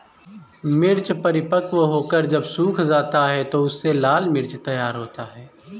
मिर्च परिपक्व होकर जब सूख जाता है तो उससे लाल मिर्च तैयार होता है